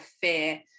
fear